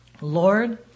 lord